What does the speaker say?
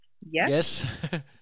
Yes